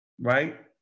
right